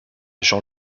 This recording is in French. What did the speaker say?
jean